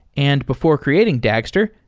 and before creating dagster,